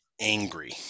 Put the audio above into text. angry